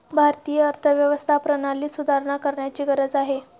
भारतीय अर्थव्यवस्था प्रणालीत सुधारणा करण्याची गरज आहे